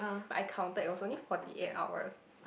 but I counted it was only forty eight hours